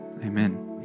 Amen